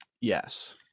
yes